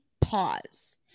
pause